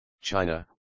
China